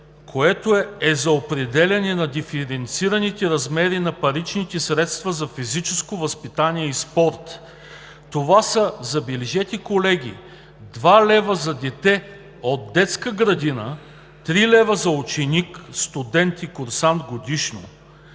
което е за определяне на диференцираните размери на паричните средства за физическо възпитание и спорт. Колеги, забележете, това са 2 лв. за дете от детска градина, 3 лв. за ученик, студент и курсант годишно.